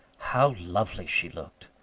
how lovely she looked!